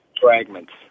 fragments